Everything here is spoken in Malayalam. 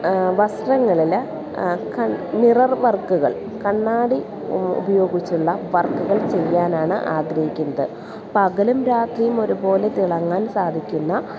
വസ്ത്രങ്ങളിൽ കൺ മിറർ വർക്കുകൾ കണ്ണാടി ഉപയോഗിച്ചുള്ള വർക്കുകൾ ചെയ്യാനാണ് ആഗ്രഹിക്കുന്നത് പകലും രാത്രിയും ഒരുപോലെ തിളങ്ങാൻ സാധിക്കുന്ന